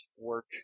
work